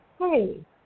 hey